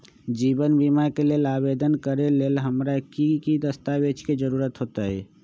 जीवन बीमा के लेल आवेदन करे लेल हमरा की की दस्तावेज के जरूरत होतई?